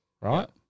right